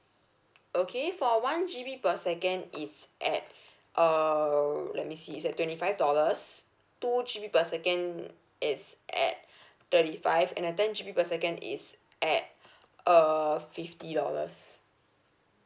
okay for one G_B per second it's at err let me see is at twenty five dollars two G_B per second it's at thirty five and then ten G_B per second is at uh fifty dollars